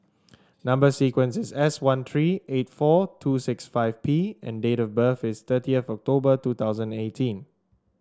number sequence is S one three eight four two six five P and date of birth is thirty of October two thousand and eighteen